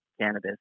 cannabis